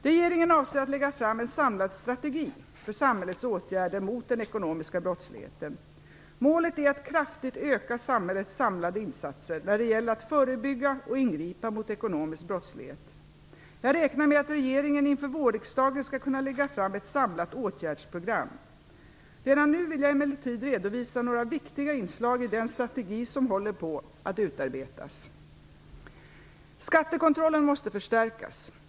Regeringen avser att lägga fram en samlad strategi för samhällets åtgärder mot den ekonomiska brottsligheten. Målet är att kraftigt öka samhällets samlade insatser när det gäller att förebygga och ingripa mot ekonomisk brottslighet. Jag räknar med att regeringen inför vårriksdagen skall kunna lägga fram ett samlat åtgärdsprogram. Redan nu vill jag emellertid redovisa några viktiga inslag i den strategi som håller på att utarbetas. Skattekontrollen måste förstärkas.